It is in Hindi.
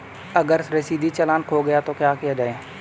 अगर रसीदी चालान खो गया तो क्या किया जाए?